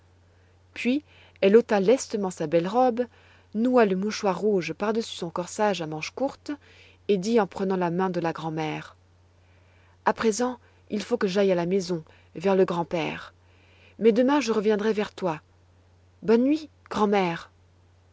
puis elle ôta lestement sa belle robe noua le mouchoir rouge par-dessus son corsage à manches courtes et dit en prenant la main de la grand'mère a présent il faut que j'aille à la maison vers le grand-père mais demain je reviendrai vers toi bonne nuit grand'mère